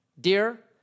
Dear